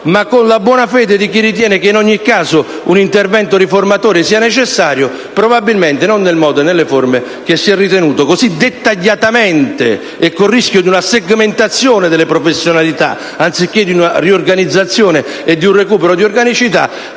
con la buona fede di chi ritiene che in ogni caso l'intervento riformatore sia necessario, anche se non nel modo e nelle forme previste, ovvero così dettagliatamente e con il rischio di una segmentazione delle professionalità, anziché in funzione di una riorganizzazione e di un recupero di organicità